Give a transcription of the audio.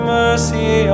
mercy